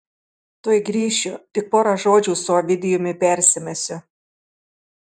tuoj grįšiu tik pora žodžių su ovidijumi persimesiu